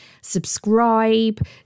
subscribe